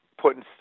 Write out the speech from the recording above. putting